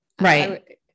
right